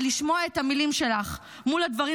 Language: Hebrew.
אבל לשמוע את המילים שלך מול הדברים